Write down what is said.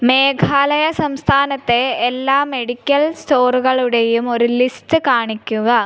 മേഘാലയ സംസ്ഥാനത്തെ എല്ലാ മെഡിക്കൽ സ്റ്റോറുകളുടെയും ഒരു ലിസ്റ്റ് കാണിക്കുക